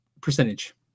percentage